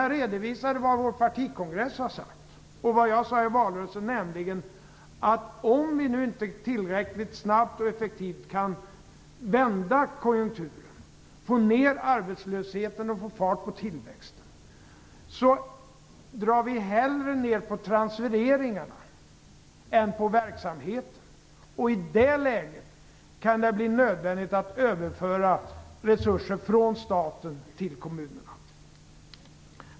Jag redovisade vad vår partikongress har sagt och vad jag sade i valrörelsen, nämligen att vi hellre drar ner på transfereringarna än på verksamheten om vi inte tillräckligt snabbt och effektivt kan vända konjunkturen, få ner arbetslösheten och få fart på tillväxten. I det läget kan det bli nödvändigt att överföra resurser från staten till kommunerna.